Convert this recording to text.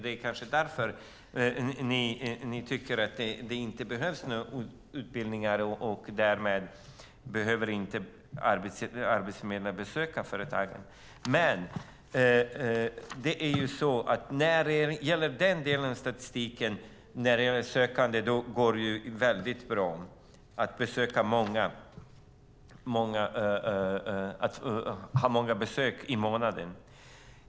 Det kanske är därför - ni tycker inte att det behövs några utbildningar, och därmed behöver inte arbetsförmedlare besöka företagen. Men när det gäller den delen av statistiken - de sökande - går det bra att göra många besök i månaden.